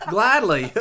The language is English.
Gladly